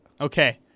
Okay